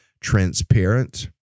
transparent